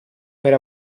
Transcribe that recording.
per